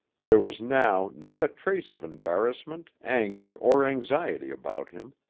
there was now not a trace of embarrassment, anger, or anxiety about him.